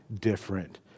different